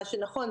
מה שנכון,